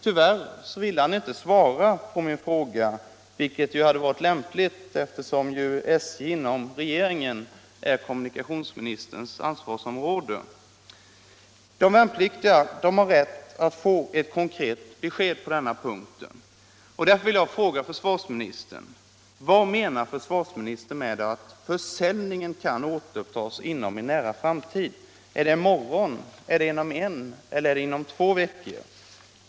Tyvärr vill han inte svara på min fråga, vilket hade = SJ:s s.k. vpl varit lämpligt eftersom SJ inom regeringen tillhör kommunikationsmi — 10-kort nisterns ansvarsområde. De värnpliktiga har rätt att få ett konkret besked på denna punkt. Därför vill jag fråga försvarsministern: Vad menar försvarsministern med att försäljningen kan återupptas inom en nära framtid? Är det i morgon eller inom en eller två veckor?